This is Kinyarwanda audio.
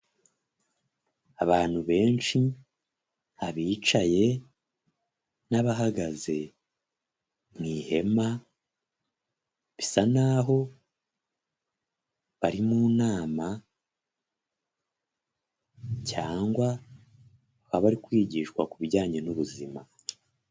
Abantu benshi abicaye n'abahagaze mu ihema, bisa naho bari mu nama, cyangwa baba bari kwigishwa ku bijyanye n'ubuzima.